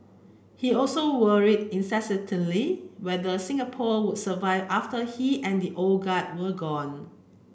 he also worried incessantly whether Singapore would survive after he and the old guard were gone